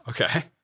Okay